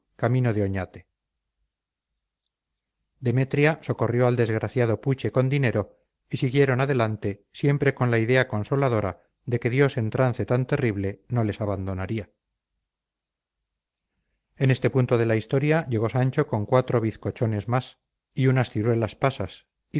camino de oñate demetria socorrió al desgraciado puche con dinero y siguieron adelante siempre con la idea consoladora de que dios en trance tan terrible no les abandonaría en este punto de la historia llegó sancho con cuatro bizcochones más y unas ciruelas pasas